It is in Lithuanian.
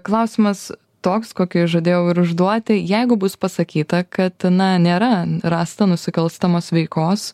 klausimas toks kokį aš žadėjau ir užduoti jeigu bus pasakyta kad na nėra rasta nusikalstamos veikos